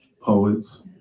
poets